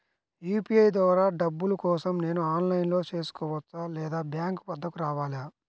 UPI ద్వారా డబ్బులు కోసం నేను ఆన్లైన్లో చేసుకోవచ్చా? లేదా బ్యాంక్ వద్దకు రావాలా?